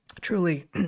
truly